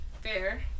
Fair